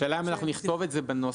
השאלה אם אנחנו נכתוב את זה בנוסח,